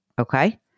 okay